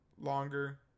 longer